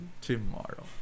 tomorrow